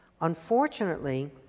Unfortunately